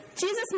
Jesus